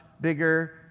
bigger